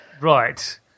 Right